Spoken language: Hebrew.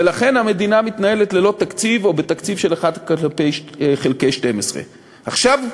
ולכן המדינה מתנהלת ללא תקציב או בתקציב של 1 חלקי 12. עכשיו,